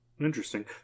Interesting